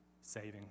saving